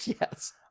Yes